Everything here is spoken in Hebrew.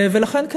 ולכן,